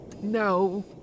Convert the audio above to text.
no